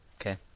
Okay